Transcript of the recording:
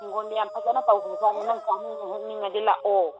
ꯍꯤꯡꯒꯣꯟꯗꯤ ꯌꯥꯝ ꯐꯖꯅ ꯇꯧꯈ꯭ꯔꯖꯥꯠꯅꯤ ꯅꯪ ꯆꯥꯅꯤꯡꯉ ꯍꯦꯛꯅꯤꯡꯉꯗꯤ ꯂꯥꯛꯑꯣ